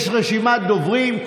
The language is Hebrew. יש רשימת דוברים.